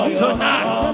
tonight